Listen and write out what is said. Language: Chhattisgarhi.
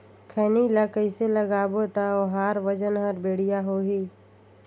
खैनी ला कइसे लगाबो ता ओहार वजन हर बेडिया होही?